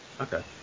Okay